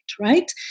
right